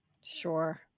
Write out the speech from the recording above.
Sure